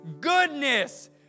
goodness